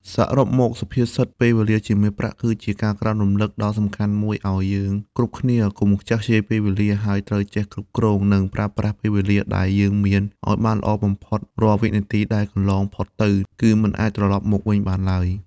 សរុបមកសុភាសិត ពេលវេលាជាមាសប្រាក់ គឺជាការក្រើនរំឭកដ៏សំខាន់មួយឲ្យយើងគ្រប់គ្នាកុំខ្ជះខ្ជាយពេលវេលា ហើយត្រូវចេះគ្រប់គ្រង និងប្រើប្រាស់ពេលវេលាដែលយើងមានឲ្យបានល្អបំផុត រាល់វិនាទីដែលកន្លងផុតទៅ គឺមិនអាចត្រឡប់មកវិញបានឡើយ ។